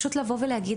פשוט לבוא ולהגיד,